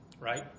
right